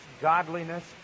godliness